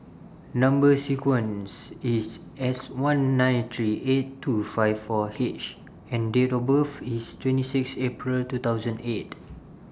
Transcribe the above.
Number sequence IS S one nine three eight two five four H and Date of birth IS twenty six April two thousand and eight